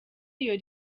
iyo